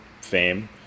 fame